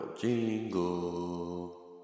jingle